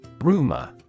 Rumor